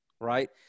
right